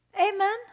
Amen